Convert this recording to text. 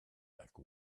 back